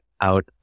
out